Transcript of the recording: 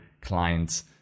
clients